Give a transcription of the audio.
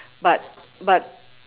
but but